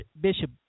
Bishop